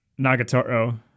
Nagatoro